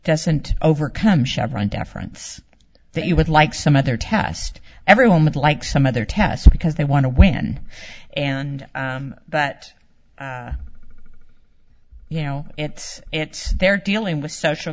doesn't overcome chevron deference that you would like some other test everyone would like some other tests because they want to when and but you know it's it's they're dealing with social